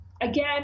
again